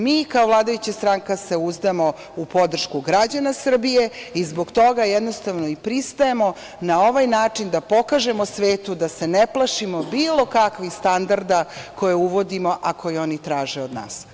Mi kao vladajuća stranka se uzdamo u podršku građana Srbije i zbog toga jednostavno i pristajemo na ovaj način da pokažemo svetu da se ne plašimo bilo kakvih standarda koje uvodimo, a koje oni traže od nas.